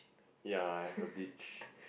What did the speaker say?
yeah I have a beach